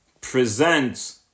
present